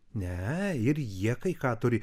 ne ir jie kai ką turi